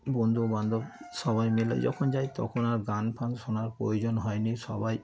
বন্ধুবান্ধব সবাই মিলে যখন যাই তখন আর গান ফান শোনার প্রয়োজন হয়নি সবাই